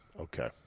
Okay